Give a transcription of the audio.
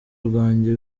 rwanjye